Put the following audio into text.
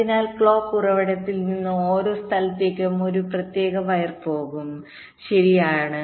അതിനാൽ ക്ലോക്ക് ഉറവിടത്തിൽ നിന്ന് ഓരോ സ്ഥലത്തേക്കും ഒരു പ്രത്യേക വയർ പോകും ശരിയാണ്